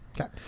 Okay